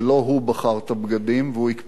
והוא הקפיד לספר את זה לכולנו.